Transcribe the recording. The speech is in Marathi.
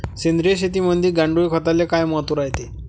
सेंद्रिय शेतीमंदी गांडूळखताले काय महत्त्व रायते?